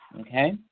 Okay